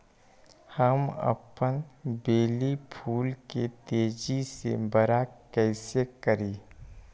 हम अपन बेली फुल के तेज़ी से बरा कईसे करी?